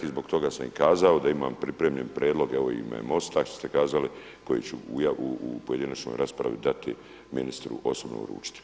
Zbog toga sam i kazao da imam pripremljen prijedlog, evo i u ime MOST-a ste kazali koji ću u pojedinačnoj raspravi dati, ministru osobno uručiti.